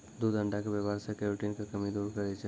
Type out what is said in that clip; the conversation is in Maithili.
दूध अण्डा के वेवहार से केरोटिन के कमी दूर करै छै